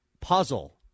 puzzle